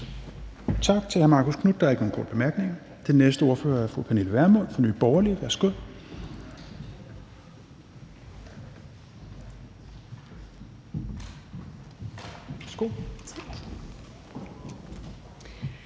Tak til hr. Marcus Knuth. Der er ikke nogen korte bemærkninger. Den næste ordfører er fru Pernille Vermund fra Nye Borgerlige. Værsgo.